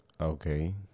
Okay